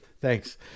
Thanks